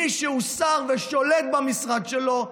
מי שהוא שר ושולט במשרד שלו,